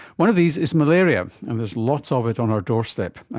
one of these is malaria, and there's lots of it on our doorstep,